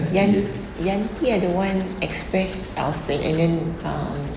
yanti ah the one express of the A uh